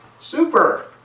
super